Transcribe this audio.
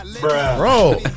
Bro